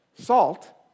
Salt